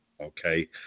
okay